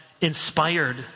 inspired